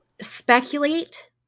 speculate